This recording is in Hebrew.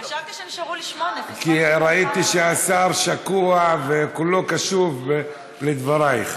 ראיתי שהשר שקוע וכולו קשוב לדברייך.